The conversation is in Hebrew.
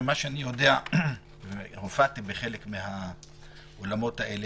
ממה שאני יודע והופעתי בחלק מהאולמות האלה,